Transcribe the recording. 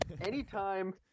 anytime